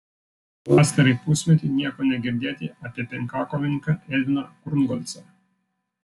pastarąjį pusmetį nieko negirdėti apie penkiakovininką edviną krungolcą